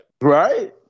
Right